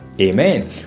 Amen